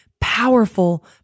powerful